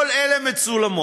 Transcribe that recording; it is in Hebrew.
כל אלה מצולמים